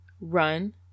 run